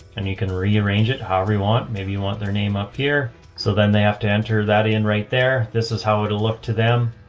and you can rearrange it however you want. maybe you want their name up here so then they have to enter that in right there. this is how it'll look to them.